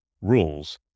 rules